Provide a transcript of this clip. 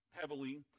heavily